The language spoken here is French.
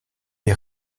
est